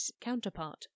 counterpart